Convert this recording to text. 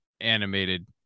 animated